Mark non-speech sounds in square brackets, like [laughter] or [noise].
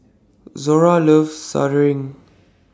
Zora loves [unintelligible]